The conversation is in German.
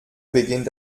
beginnt